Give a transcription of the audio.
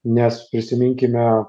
nes prisiminkime